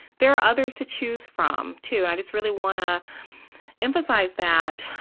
there are others to choose from too. i just really want to emphasize that.